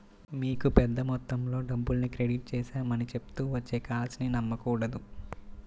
మీకు పెద్ద మొత్తంలో డబ్బుల్ని క్రెడిట్ చేశామని చెప్తూ వచ్చే కాల్స్ ని నమ్మకూడదు